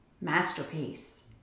masterpiece